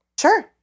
Sure